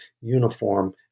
uniform